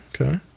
okay